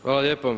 Hvala lijepo.